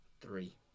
Three